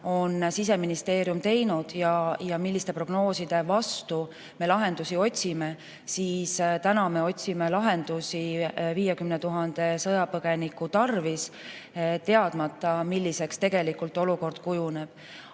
on Siseministeerium teinud ja milliste prognooside vastu me lahendusi otsime, siis täna me otsime lahendusi 50 000 sõjapõgeniku tarvis, teadmata, milliseks olukord kujuneb.